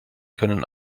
können